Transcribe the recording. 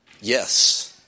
Yes